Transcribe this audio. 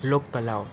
લોકકલાઓ